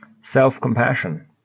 Self-compassion